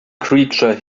creature